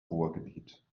ruhrgebiet